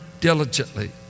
diligently